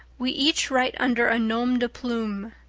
we each write under a nom-de-plume.